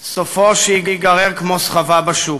סופו שייגרר כמו סחבה בשוק.